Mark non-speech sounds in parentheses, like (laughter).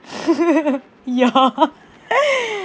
(laughs) ya (laughs)